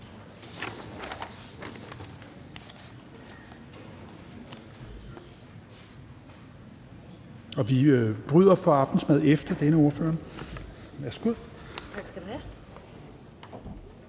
mødet for aftensmad efter denne ordfører.